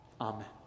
Amen